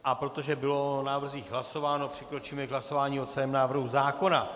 A protože bylo o návrzích hlasováno, přikročíme k hlasování o celém návrhu zákona.